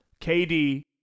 KD